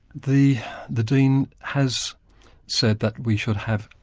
the the dean has said that we should have,